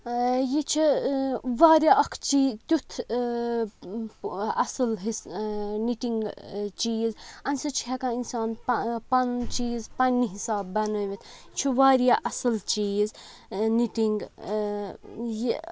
یہِ چھُ وارِیاہ اَکھ چیٖز تیُتھ اَصٕل حِصہٕ نِٹِنٛگ چیٖز اَمہِ سٍتۍ چھُ ہیٚکان اِنسان پَن پَنُن چیٖز پَنٕنہِ حِسابہٕ بَنٲوِتھ چھُ وارِیاہ اَصٕل چیٖز نِٹِنٛگ یہِ